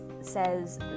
says